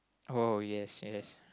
oh yes yes